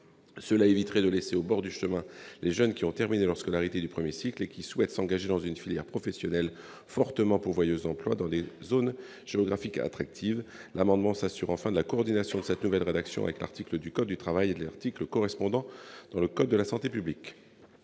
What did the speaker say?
Cela éviterait de laisser au bord du chemin les jeunes qui ont terminé leur scolarité de premier cycle et qui souhaitent s'engager dans une filière professionnelle fortement pourvoyeuse d'emplois dans des zones géographiques attractives. Les dispositions proposées garantissent en outre la coordination de cette nouvelle rédaction du code du travail avec l'article correspondant dans le code de la santé publique.